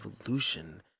evolution